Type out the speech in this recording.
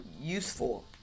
useful